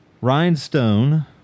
Rhinestone